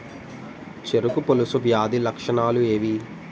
చెరుకు పొలుసు వ్యాధి లక్షణాలు ఏవి?